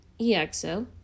EXO